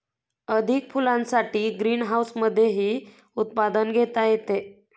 अधिक फुलांसाठी ग्रीनहाऊसमधेही उत्पादन घेता येते